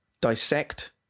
Dissect